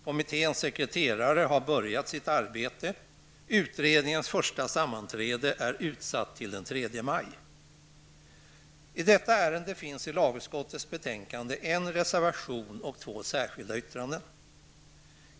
Kommitténs sekreterare har börjat sitt arbete. Utredningens första sammanträde är utsatt till den 3 maj. I detta ärende finns i lagutskottets betänkande en reservation och två särskilda yttranden.